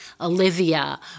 Olivia